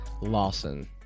Lawson